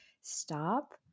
Stop